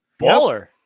Baller